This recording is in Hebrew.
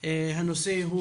הנושא הוא